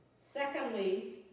Secondly